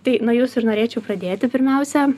tai nuo jūsų ir norėčiau pradėti pirmiausia